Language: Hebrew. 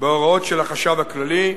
בהוראות של החשב הכללי.